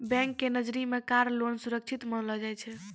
bank के नजरी मे कार लोन सुरक्षित मानलो जाय छै